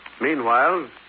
Meanwhile